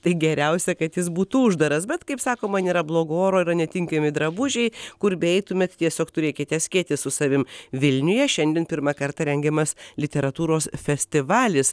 tai geriausia kad jis būtų uždaras bet kaip sakoma nėra blogo oro yra netinkami drabužiai kur beeitumėt tiesiog turėkite skėtį su savim vilniuje šiandien pirmą kartą rengiamas literatūros festivalis